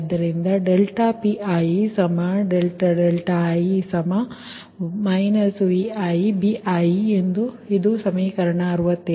ಆದ್ದರಿಂದ Pi∂δi |Vi|Bii ಇದು ಸಮೀಕರಣ 67